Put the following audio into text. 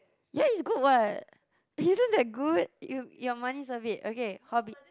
ya is good what isn't that good you your money's worth it okay hobby